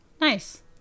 Nice